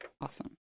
Awesome